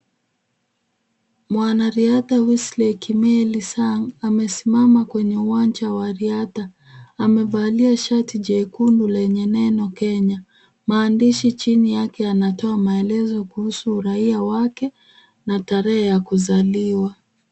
Mwanariadha Wesley Kimeli Sang anasimama kwa uwanja wa riadha, amevalia shati jekundu lenye neno KENYA. Maandishi chini yake yanatoa maelezo kuhusu uraia wake na tarehe ya kuzaliwa.